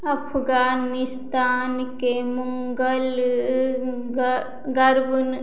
अफगानिस्तानके मुगल ग गर्व